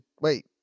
wait